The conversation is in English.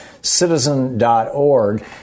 citizen.org